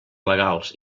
legals